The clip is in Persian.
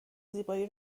زیبایی